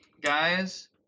Guys